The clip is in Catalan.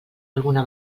alguna